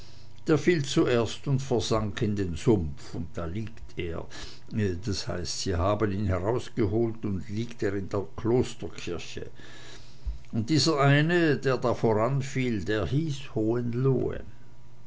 der fiel zuerst und versank in den sumpf und da liegt er das heißt sie haben ihn rausgeholt und nun liegt er in der klosterkirche und dieser eine der da voran fiel der hieß hohenlohe